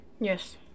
Yes